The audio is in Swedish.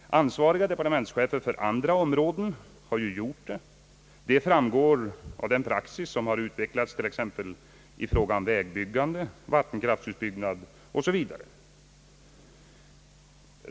Ansvariga departementschefer för andra områden har ju gjort det, vilket framgår av den praxis som har utvecklats i fråga om t.ex. vägbyggande, vattenkraftutbyggnad o. s. v.